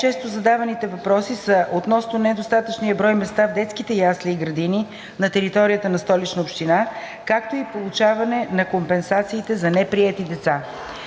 най-често задаваните въпроси са относно недостатъчния брой места в детските ясли и градини на територията на Столична община, както и получаване на компенсациите за неприети деца.